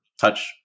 touch